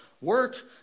work